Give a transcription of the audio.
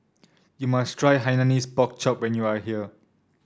you must try Hainanese Pork Chop when you are here